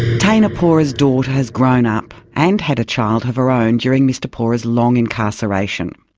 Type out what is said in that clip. teina pora's daughter has grown up and had a child of her own during mr pora's long incarceration.